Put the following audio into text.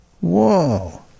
Whoa